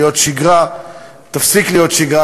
לשגרה תפסיק להיות שגרה,